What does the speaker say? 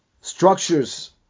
structures